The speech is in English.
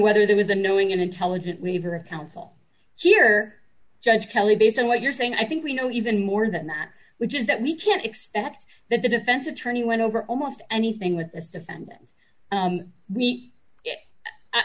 whether there was a knowing and intelligent weaver of counsel here judge kelly based on what you're saying i think we know even more than that which is that we can't expect that the defense attorney went over almost anything with